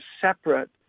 separate